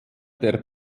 der